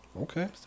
Okay